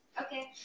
Okay